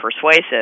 persuasive